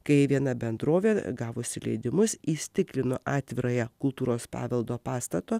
kai viena bendrovė gavusi leidimus įstiklino atvirojo kultūros paveldo pastato